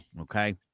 okay